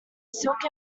silk